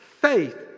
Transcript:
faith